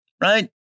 Right